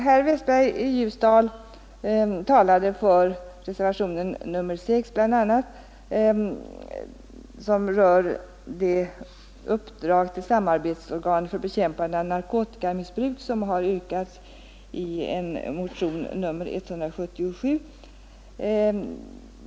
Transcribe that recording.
Herr Westberg i Ljusdal talade bl.a. för reservationen 6, som rör det uppdrag till samarbetsorganet för bekämpande av narkotikamissbruk som har yrkats i motionen 177.